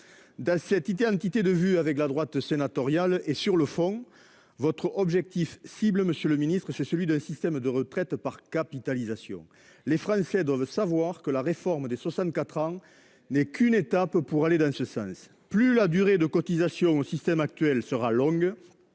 Dans cette identité de vue avec la droite sénatoriale sur le fond, votre objectif cible, monsieur le ministre, est celui d'un système de retraite par capitalisation. Les Français doivent savoir que la réforme de la retraite à 64 ans n'est qu'une étape pour aller en ce sens. Plus la durée de cotisation au système actuel sera longue